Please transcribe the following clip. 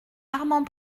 armand